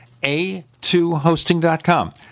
a2hosting.com